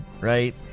right